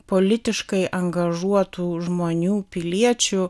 politiškai angažuotų žmonių piliečių